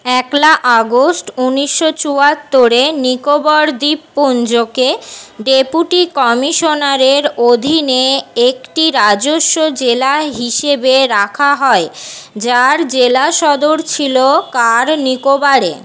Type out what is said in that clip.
একলা আগস্ট উনিশশো চুয়াত্তরে নিকোবর দ্বীপপুঞ্জকে ডেপুটি কমিশনারের অধীনে একটি রাজস্ব জেলা হিসেবে রাখা হয় যার জেলা সদর ছিল কার নিকোবরে